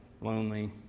lonely